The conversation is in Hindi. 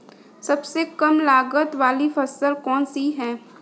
सबसे कम लागत वाली फसल कौन सी है?